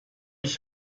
ich